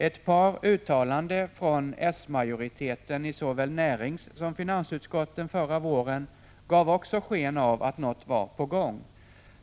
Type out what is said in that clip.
Ett par uttalanden från s-majoriteten i såväl näringssom finansutskottet förra våren gav också sken av att något var på gång.